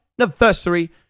anniversary